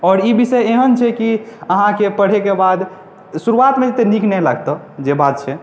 आओर ई विषय एहन छै की अहाँके पढ़ैके बाद शुरुआतमे ओते नीक नहि लागतौ जे बात छै